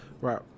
right